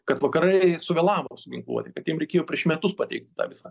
kad vakarai suvėlavo su ginkluote kad jiem reikėjo prieš metus pateikt visą